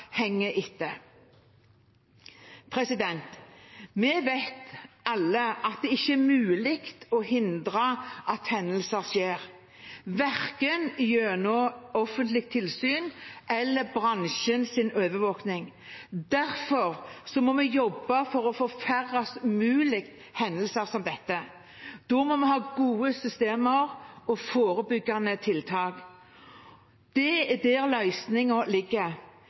henger etter. Vi vet alle at det ikke er mulig å hindre at hendelser skjer, verken gjennom offentlig tilsyn eller gjennom bransjens overvåking. Derfor må vi jobbe for å få færrest mulig hendelser som dette. Da må vi ha gode systemer og forebyggende tiltak. Det er der løsningen ligger.